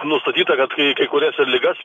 nustatyta kad kai kai kurias ligas